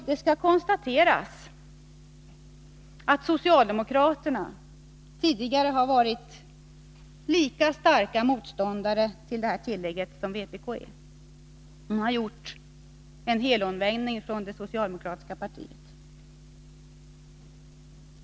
Det skall konstateras att socialdemokraterna tidigare har varit lika starka motståndare till flerbarnstillägget som vpk är. Det socialdemokratiska partiet har här gjort en helomvändning.